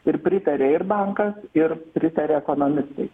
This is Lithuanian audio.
ir pritarė ir bankas ir pritaria ekonomistai